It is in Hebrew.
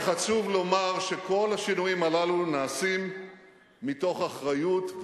וחשוב לומר שכל השינויים הללו נעשים מתוך אחריות,